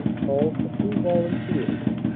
called for two volunteers.